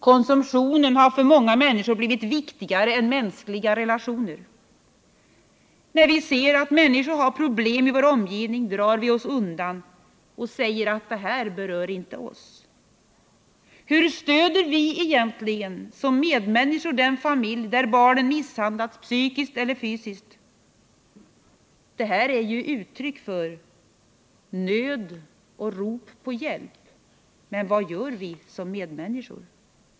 Konsumtionen har för många människor blivit viktigare än mänskliga relationer. När vi ser att människor har problem i vår omgivning, drar vi oss undan och säger att det inte berör oss. Hur stöder vi egentligen som medmänniskor den familj där barnen misshandlas psykiskt eller fysiskt? Detta är ju uttryck för nöd och rop på hjälp. Men vad gör vi som medmänniskor?